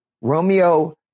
Romeo